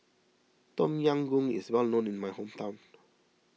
Tom Yam Goong is well known in my hometown